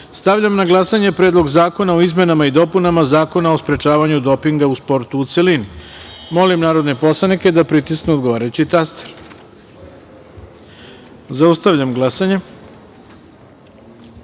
celini. Stavljam na glasanje Predlog zakona o izmenama i dopunama Zakona o sprečavanju dopinga u sportu, u celini. Molim narodne poslanike da pritisnu odgovarajući taster. Zaustavljam glasanje: